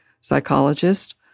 psychologist